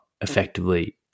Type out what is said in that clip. effectively